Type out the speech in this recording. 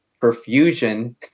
perfusion